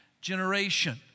generation